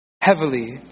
heavily